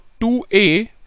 2a